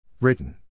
Written